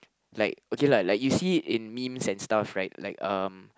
like okay lah like you see in memes and stuff right like um